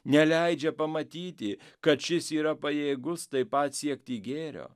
neleidžia pamatyti kad šis yra pajėgus taip pat siekti gėrio